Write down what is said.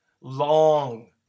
Long